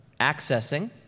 accessing